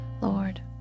Lord